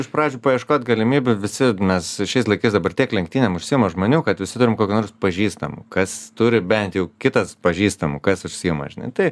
iš pradžių paieškot galimybių visi mes šiais laikais dabar tiek lenktynėm užsiima žmonių kad visi turim kokių nors pažįstamų kas turi bent jau kitas pažįstamų kas užsiima žinai tai